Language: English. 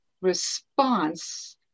response